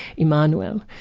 immanuel, um